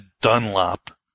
Dunlop